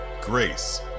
Grace